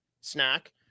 snack